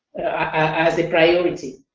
as a priority.